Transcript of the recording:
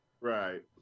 Right